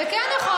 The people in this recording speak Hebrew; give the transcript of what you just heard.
זה כן נכון.